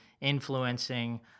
influencing